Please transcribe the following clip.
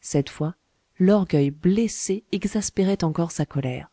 cette fois l'orgueil blessé exaspérait encore sa colère